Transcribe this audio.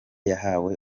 yahawe